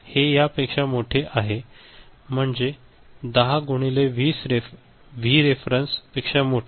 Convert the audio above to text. म्हणजे हे या पेक्षा मोठे आहे म्हणजे 10 गुणिले व्ही रेफेरेंस पेक्षा मोठे